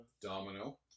Domino